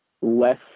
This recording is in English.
less